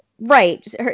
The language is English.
Right